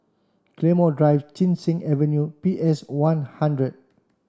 Claymore Drive Chin Cheng Avenue and P S One hundred